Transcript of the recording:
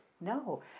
No